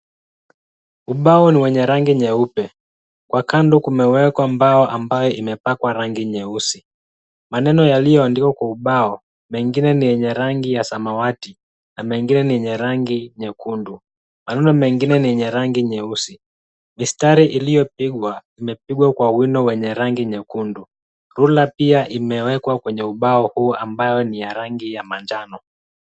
Ubao ni wenye rangi nyeupe. Kwa kando kumewekwa mbao ambayo imepakwa rangi nyeusi. Maneno yaliyoandikwa kwa ubao, mengine ni yenye rangi ya samawati na mengine ni yenye rangi nyekundu. Maneno mengine ni yenye rangi nyeusi. Mistari iliyopigwa, imepigwa kwa wino wenye rangi nyekundu. Ruler pia imewekwa kwenye ubao huu ambayo ni ya rangi ya manjano.